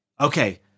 Okay